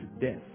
death